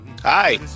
Hi